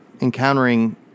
encountering